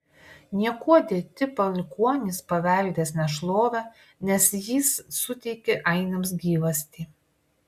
niekuo dėti palikuonys paveldės nešlovę nes jis suteikė ainiams gyvastį